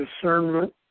discernment